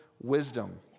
wisdom